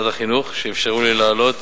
ועדת החינוך, שאפשרו לי לעלות